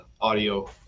audio